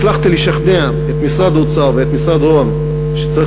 הצלחתי לשכנע את משרד האוצר ואת משרד ראש הממשלה שצריך